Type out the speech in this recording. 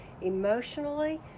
emotionally